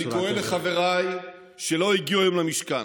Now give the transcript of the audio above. אני קורא לחבריי שלא הגיעו היום למשכן: